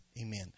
Amen